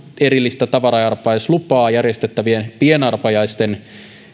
erillistä tavara arpajaislupaa järjestettävien pienarpajaisten